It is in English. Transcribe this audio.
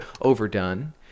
overdone